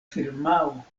firmao